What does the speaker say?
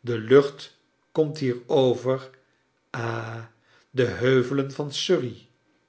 de lucht komt hier over ha de heuvelen van surrey